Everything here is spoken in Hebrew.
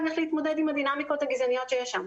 איך להתמודד עם הדינמיקות הגזעניות שיש שם,